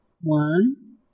One